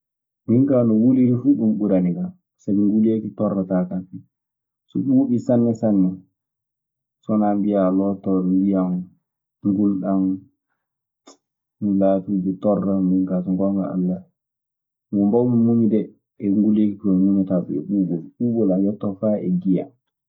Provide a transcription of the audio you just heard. Min kaa, no wuliri fuu, ɗun ɓurani kan, sabi nguleeki torlataa kan. So ɓuuɓii sanne sanne, so wanaa mbiyaa a loototooɗo ndiyan ngulɗan, ɗun laatiike torla. Min kaa so ngoonga Alla, ko mbaawmi muñde e nguleeki koo, mi muñataa ɗun e ɓuuɓo. Ɓuuɓol ana yettoo faa e giye an.